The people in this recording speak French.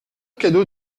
cadeau